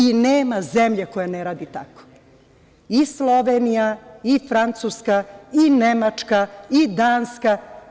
I, nema zemlje koja ne radi tako, i Slovenija, i Francuska, i Nemačka, i Danska.